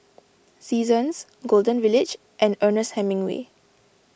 Seasons Golden Village and Ernest Hemingway